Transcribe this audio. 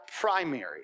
primary